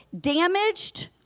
damaged